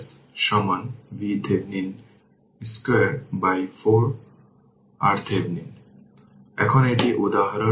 এই 3টি ফাংশন হল ইউনিট স্টেপ ইউনিট ইমপালস এবং ইউনিট র্যাম্প সবই আন্ডারলাইন করা হয়েছে